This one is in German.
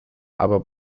aber